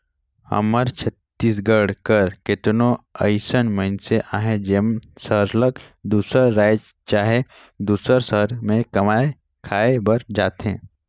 हमर छत्तीसगढ़ कर केतनो अइसन मइनसे अहें जेमन सरलग दूसर राएज चहे दूसर सहर में कमाए खाए बर जाथें